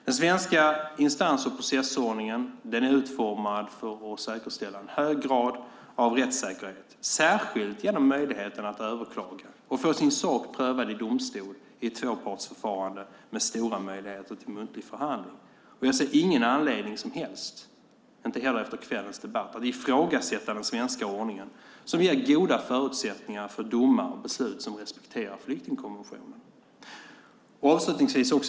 Den svenska instans och processordningen är utformad för att säkerställa en hög grad av rättssäkerhet, särskilt genom möjligheten att överklaga och få sin sak prövad i domstol i ett tvåpartsförfarande med stora möjligheter till muntlig förhandling. Jag ser ingen anledning som helst, inte heller efter kvällens debatt, att ifrågasätta den svenska ordningen, som ger goda förutsättningar för domar och beslut som respekterar flyktingkonventionen.